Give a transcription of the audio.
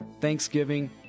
Thanksgiving